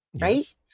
right